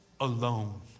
alone